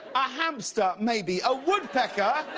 a hamster maybe, a woodpecker,